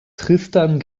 tristan